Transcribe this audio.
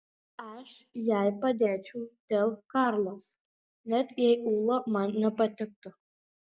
aš jai padėčiau dėl karlos net jei ula man nepatiktų